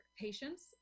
patients